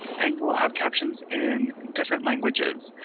and you will have captions in different languages.